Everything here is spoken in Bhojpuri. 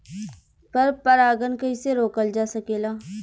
पर परागन कइसे रोकल जा सकेला?